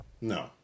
No